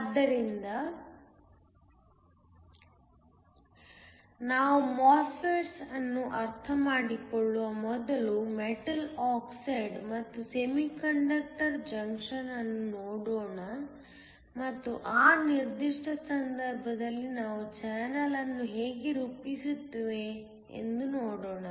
ಆದ್ದರಿಂದ ನಾವು MOSFETS ಅನ್ನು ಅರ್ಥಮಾಡಿಕೊಳ್ಳುವ ಮೊದಲು ಮೆಟಲ್ ಆಕ್ಸೈಡ್ ಮತ್ತು ಸೆಮಿಕಂಡಕ್ಟರ್ ಜಂಕ್ಷನ್ ಅನ್ನು ನೋಡೋಣ ಮತ್ತು ಆ ನಿರ್ದಿಷ್ಟ ಸಂದರ್ಭದಲ್ಲಿ ನಾವು ಚಾನಲ್ ಅನ್ನು ಹೇಗೆ ರೂಪಿಸುತ್ತೇವೆ ಎಂದು ನೋಡೋಣ